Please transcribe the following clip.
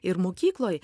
ir mokykloj